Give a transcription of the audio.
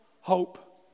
Hope